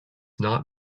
not